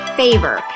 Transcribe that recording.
favor